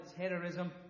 terrorism